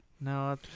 No